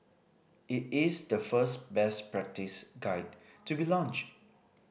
it is the first best practice guide to be launched